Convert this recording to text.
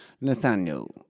Nathaniel